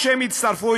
כשהם הצטרפו,